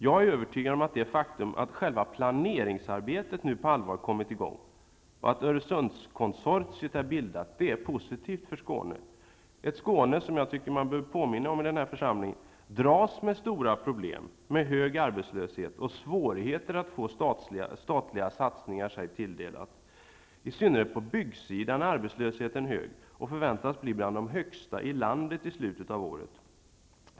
Jag är övertygad om att det faktum att själva planeringsarbetet nu på allvar kommit i gång och att Öresundskonsortiet är bildat är positivt för Skåne -- ett Skåne som, vilket jag tycker att man bör påminna om i den här församlingen, dras med stora problem med hög arbetslöshet och svårigheter att få statliga satsningar sig tilldelat. I synnerhet på byggsektorn är arbetslösheten stor och förväntas bli en av de högsta i landet i slutet av året.